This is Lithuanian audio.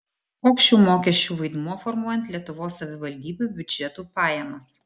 koks šių mokesčių vaidmuo formuojant lietuvos savivaldybių biudžetų pajamas